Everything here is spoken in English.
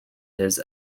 his